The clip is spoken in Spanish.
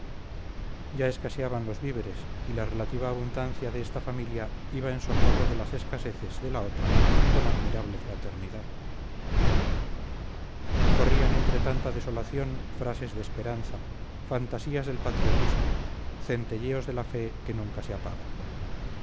ya escaseaban los víveres y la relativa abundancia de esta familia iba en socorro de las escaseces de la otra con admirable fraternidad corrían entre tanta desolación frases de esperanza fantasías del patriotismo centelleos de la fe que nunca se apaga